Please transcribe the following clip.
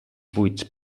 buits